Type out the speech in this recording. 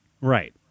Right